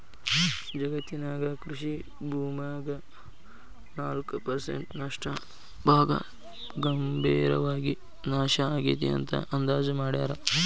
ಜಗತ್ತಿನ್ಯಾಗ ಕೃಷಿ ಭೂಮ್ಯಾಗ ನಾಲ್ಕ್ ಪರ್ಸೆಂಟ್ ನಷ್ಟ ಭಾಗ ಗಂಭೇರವಾಗಿ ನಾಶ ಆಗೇತಿ ಅಂತ ಅಂದಾಜ್ ಮಾಡ್ಯಾರ